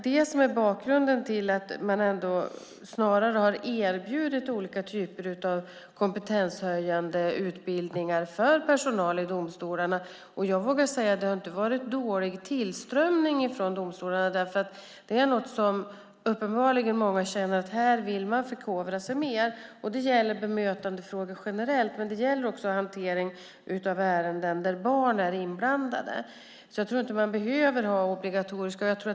Detta är bakgrunden till att man snarare har erbjudit olika typer av kompetenshöjande utbildningar för personal i domstolarna, och jag vågar säga att det inte har varit dålig tillströmning från domstolarna. Uppenbarligen känner många att man vill förkovra sig mer vad gäller bemötandefrågor generellt men också vad gäller hantering av ärenden där barn är inblandade. Jag tror därför inte att man behöver ha obligatoriska utbildningar.